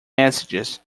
messages